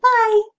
bye